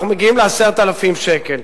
אנחנו מגיעים ל-10,000 שקל,